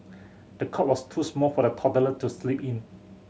the cot was too small for the toddler to sleep in